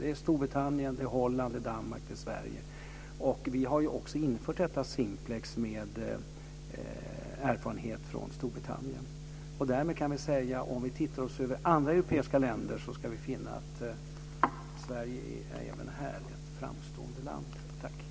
Det är Storbritannien, Holland, Danmark och Sverige. Vi har också infört Simplex med erfarenhet från Storbritannien. Om vi ser på andra europeiska länder ska vi finna att Sverige även här är ett framstående land.